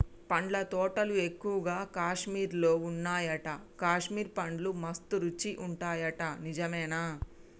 పండ్ల తోటలు ఎక్కువగా కాశ్మీర్ లో వున్నాయట, కాశ్మీర్ పండ్లు మస్త్ రుచి ఉంటాయట నిజమేనా